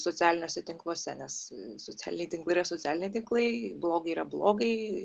socialiniuose tinkluose nes socialiniai tinklai yra socialiniai tinklai blogai yra blogai